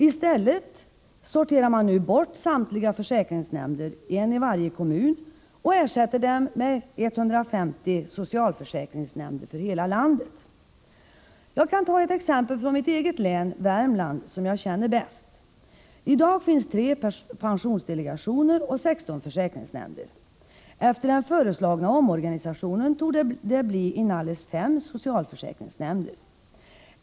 I stället sorterar man nu bort samtliga försäkringsnämnder, en i varje kommun, och ersätter dem med 150 socialförsäkringsnämnder för hela landet. Jag kan ta ett exempel från mitt hemlän, Värmland, som jag känner bäst till. I dag finns 3 pensionsdelegationer och 16 försäkringsnämnder. Efter den föreslagna omorganisationen torde det bli inalles 5 socialförsäkringsnämnder.